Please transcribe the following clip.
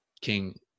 King